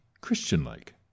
Christian-like